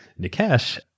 Nikesh